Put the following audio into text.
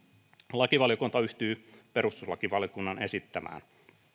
lakivaliokunta yhtyy perustuslakivaliokunnan esittämään